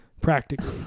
Practically